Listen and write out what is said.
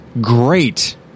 great